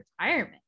retirement